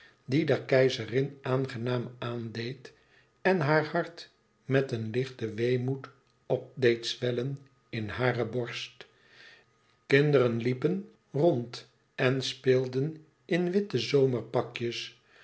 die der keizerin aangenaam aandeed en haar hart met een lichten weemoed op deed zwellen in hare borst kinderen liepen rond en speelden in witte